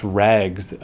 rags